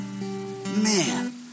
man